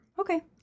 Okay